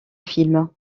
film